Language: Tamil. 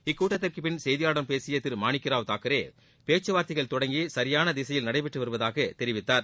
இக்கூட்டத்திற்கு பின் செய்தியாளர்களிடம் பேசிய திரு மாணிக்கராவ் தாக்கரே பேச்சுவார்த்தைகள் தொடங்கி சரியான திசையில் நடைபெற்று வருவதாக தெரிவித்தார்